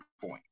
point